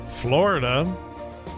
Florida